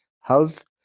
health